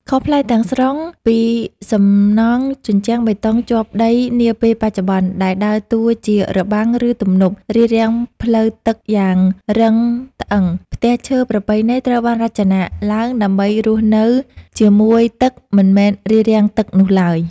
ខុសប្លែកទាំងស្រុងពីសំណង់ជញ្ជាំងបេតុងជាប់ដីនាពេលបច្ចុប្បន្ន ដែលដើរតួជា របាំង ឬទំនប់ រារាំងផ្លូវទឹកយ៉ាងរឹងត្អឹង ផ្ទះឈើប្រពៃណីត្រូវបានរចនាឡើងដើម្បីរស់នៅជាមួយទឹកមិនមែនរារាំងទឹកនោះឡើយ។